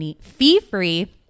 fee-free